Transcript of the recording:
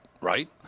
right